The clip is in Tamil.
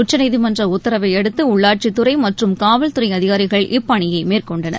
உச்சநீதிமன்ற உத்தரவை அடுத்து உள்ளாட்சித் துறை மற்றும் காவல்துறை அதிகாரிகள் இப்பணியை மேற்கொண்டனர்